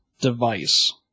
device